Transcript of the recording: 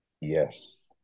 Yes